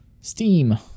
Steam